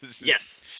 Yes